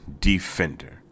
defender